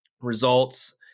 results